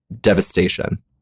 devastation